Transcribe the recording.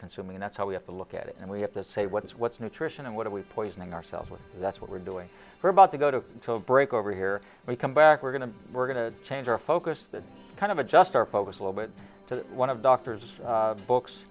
consuming that's how we have to look at it and we have to say what is what's nutrition and what are we poisoning ourselves with that's what we're doing or about to go to break over here we come back we're going to we're going to change our focus that kind of adjust our focus a little bit to one of the doctors books